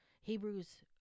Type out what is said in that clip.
Hebrews